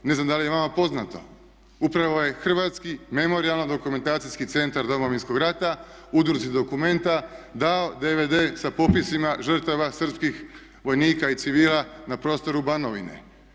Ne znam da li je vama poznato upravo je Hrvatski memorijalno-dokumentacijski centar Domovinskog rata udruzi Documenta dao DVD sa popisima žrtava srpskih vojnika i civila na prostoru Banovine.